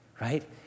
right